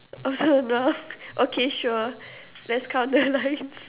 oh so okay sure let's count the lines